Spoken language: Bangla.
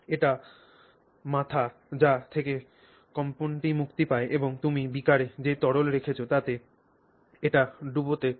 এটি মাথা যা থেকে কম্পনটি মুক্তি পায় এবং তুমি বিকারে যে তরল রেখেছ তাতে এটি ডুবোতে পার